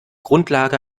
grundlage